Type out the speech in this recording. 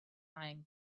eyeing